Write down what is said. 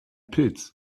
pilz